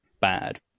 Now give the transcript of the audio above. bad